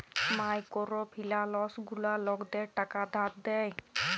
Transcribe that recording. micro finance গুলা লকদের টাকা ধার দেয়